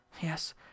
Yes